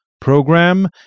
program